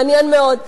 מעניין מאוד.